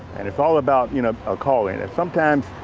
and it's all about you know a calling and it sometimes.